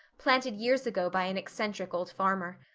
planted years ago by an eccentric old farmer.